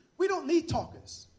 we don't need talkers.